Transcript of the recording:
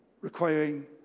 requiring